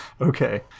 okay